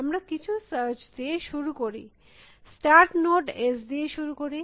আমরা কিছু সার্চ দিয়ে শুরু করি স্টার্ট নোড S দিয়ে শুরু করি